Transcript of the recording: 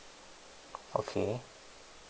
okay